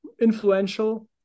influential